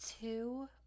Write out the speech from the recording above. two